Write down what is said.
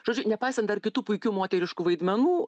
žodžiu nepaisant dar kitų puikių moteriškų vaidmenų